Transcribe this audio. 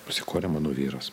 pasikorė mano vyras